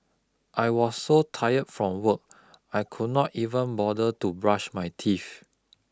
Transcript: I was so tired from work I could not even bother to brush my teeth